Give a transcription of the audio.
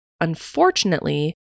Unfortunately